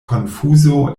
konfuzo